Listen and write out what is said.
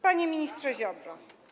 Panie Ministrze Ziobro!